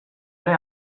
ere